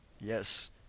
Yes